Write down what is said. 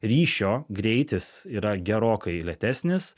ryšio greitis yra gerokai lėtesnis